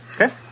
Okay